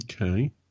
Okay